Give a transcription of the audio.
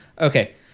Okay